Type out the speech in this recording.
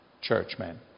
churchmen